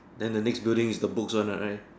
then the next building is the books one ah right